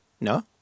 No